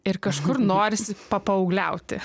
ir kažkur norisi papaaugliauti